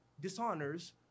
dishonors